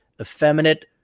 effeminate